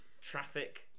traffic